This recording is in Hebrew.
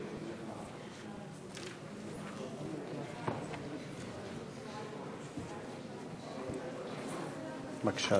בבקשה,